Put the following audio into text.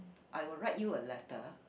I will write you a letter